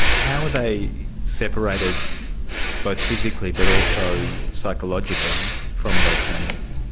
how are they separated both physically but also psychologically from those families?